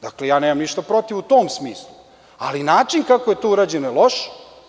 Dakle, ja nemam ništa protiv u tom smislu, ali način kako je to urađeno je loš.